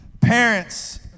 Parents